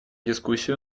дискуссию